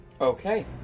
Okay